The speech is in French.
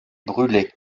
brûlé